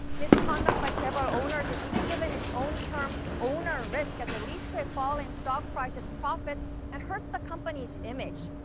misconduct by chaebol owners is even given its own term owner risk as it leads to a fall in stock prices, profits and hurts the company's image.